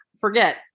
forget